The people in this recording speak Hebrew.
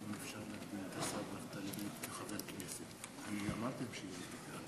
גברתי היושבת-ראש, חברי חברי הכנסת, הצעת החוק